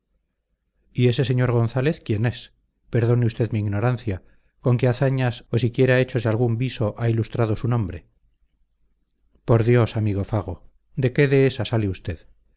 y ese sr gonzález quién es perdone usted mi ignorancia con qué hazañas o siquiera hechos de algún viso ha ilustrado su nombre por dios amigo fago de qué dehesa sale usted